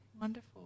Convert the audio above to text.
Wonderful